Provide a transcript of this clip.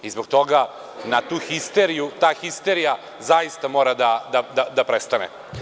Zbog toga na tu histeriju, ta histerija zaista mora da prestane.